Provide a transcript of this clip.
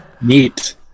Neat